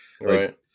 Right